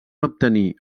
obtenir